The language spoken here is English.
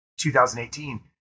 2018